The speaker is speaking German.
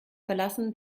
verlassen